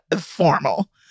formal